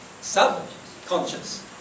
subconscious